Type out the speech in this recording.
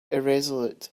irresolute